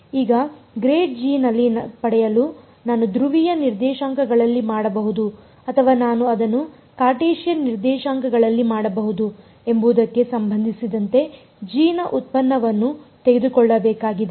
ಈಗ ನಲ್ಲಿ ಪಡೆಯಲು ನಾನು ಧ್ರುವೀಯ ನಿರ್ದೇಶಾಂಕಗಳಲ್ಲಿ ಮಾಡಬಹುದು ಅಥವಾ ನಾನು ಅದನ್ನು ಕಾರ್ಟೇಶಿಯನ್ ನಿರ್ದೇಶಾಂಕಗಳಲ್ಲಿ ಮಾಡಬಹುದು ಎಂಬುದಕ್ಕೆ ಸಂಬಂಧಿಸಿದಂತೆ g ನ ಉತ್ಪನ್ನವನ್ನು ತೆಗೆದುಕೊಳ್ಳಬೇಕಾಗಿದೆ